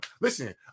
Listen